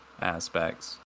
aspects